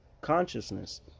consciousness